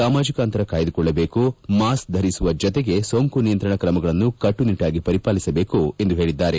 ಸಾಮಾಜಕ ಅಂತರ ಕಾಯ್ದುಕೊಳ್ಳಬೇಕು ಮಾಸ್ಕೆ ಧರಿಸುವ ಜತೆಗೆ ಸೋಂಕು ನಿಯಂತ್ರಣ ಕ್ರಮಗಳನ್ನು ಕಟ್ಟನಿಟ್ಟಾಗಿ ಪರಿಪಾಲಿಸಬೇಕು ಎಂದು ಹೇಳಿದ್ದಾರೆ